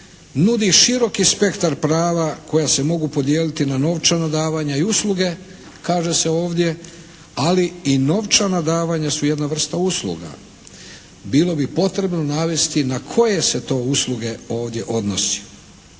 nudi široki spektar prava koja se mogu podijeliti na novčano davanje i usluge, kaže se ovdje, ali i novčana davanja su jedna vrsta usluga. Bilo bi potrebno navesti na koje se to usluge ovdje odnosi.